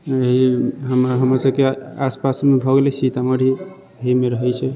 हमरा सभके आस पासमे भऽ गेलै सीतामढ़ी ही मे रहै छै